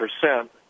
percent